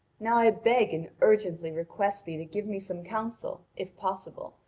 now i beg and urgently request thee to give me some counsel, if possible,